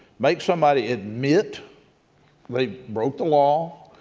make somebody admit they broke the law,